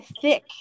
thick